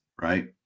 right